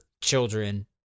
children